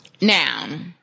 Now